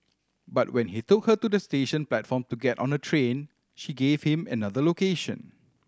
but when he took her to the station platform to get on a train she gave him another location